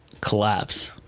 collapse